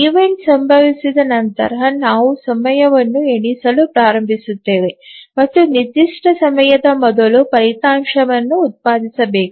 event ಸಂಭವಿಸಿದ ನಂತರ ನಾವು ಸಮಯವನ್ನು ಎಣಿಸಲು ಪ್ರಾರಂಭಿಸುತ್ತೇವೆ ಮತ್ತು ನಿರ್ದಿಷ್ಟ ಸಮಯದ ಮೊದಲು ಫಲಿತಾಂಶವನ್ನು ಉತ್ಪಾದಿಸಬೇಕು